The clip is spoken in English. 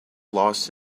lost